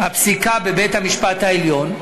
הפסיקה בבית-המשפט העליון.